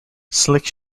slick